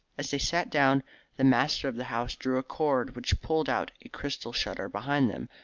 as they sat down the master of the house drew a cord which pulled out a crystal shutter behind them,